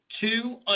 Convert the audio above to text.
two